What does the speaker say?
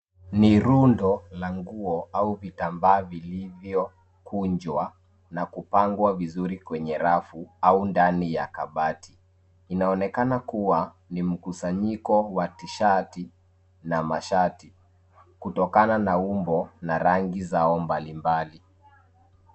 Ni rundo la nguo au vitambaa vilivyokunjwa na kupangwa vizuri kwenye rafu au ndani ya kabati. Inaonekana kuwa ni mkusanyiko wa t-shati na mashati kutokana na umbo na rangi zao mbalimbali.